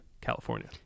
California